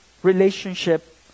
Relationship